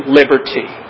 liberty